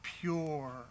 pure